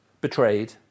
betrayed